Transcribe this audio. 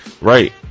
right